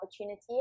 opportunity